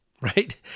right